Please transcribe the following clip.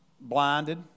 blinded